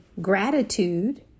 gratitude